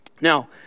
Now